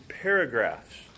paragraphs